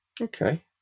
Okay